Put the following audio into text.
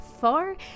far